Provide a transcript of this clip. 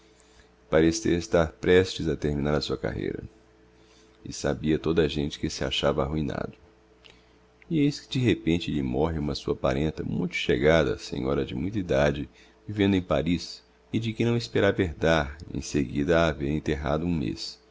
parecia estar prestes a terminar a sua carreira e sabia toda a gente que se achava arruinado e eis que de repente lhe morre uma sua parenta muito chegada senhora de muita edade vivendo em paris e de quem não esperava herdar em seguida a haver enterrado um mez